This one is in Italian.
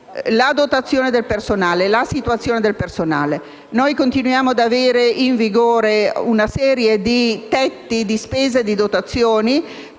la dotazione e la situazione del personale. Noi continuiamo ad avere in vigore una serie di tetti di spesa e di dotazioni